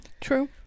True